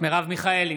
מרב מיכאלי,